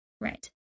Right